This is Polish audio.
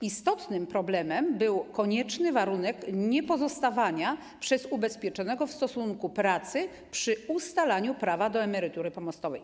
Istotnym problemem był konieczny warunek niepozostawania przez ubezpieczonego w stosunku pracy przy ustalaniu prawa do emerytury pomostowej.